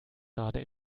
gerade